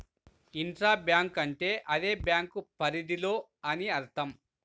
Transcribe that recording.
intra bank అంటే అదే bank పరిధిలో అని అర్థం